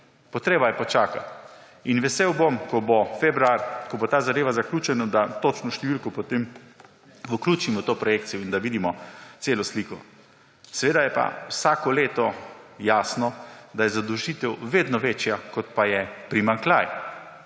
Treba je počakati. Vesel bom, ko bo februar, ko bo ta zadeva zaključena, da točno številko potem vključimo v to projekcijo in da vidimo celo sliko. Seveda je pa vsako leto jasno, da je zadolžitev vedno večja, kot pa je primanjkljaj